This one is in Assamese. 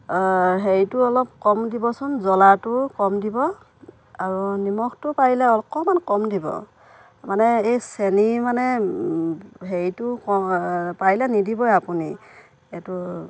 হেৰিটো অলপ কম দিবচোন জ্বলাটো কম দিব আৰু নিমখটো পাৰিলে অকণমান কম দিব মানে এই চেনী মানে হেৰিটো কম পাৰিলে নিদিবই আপুনি এইটো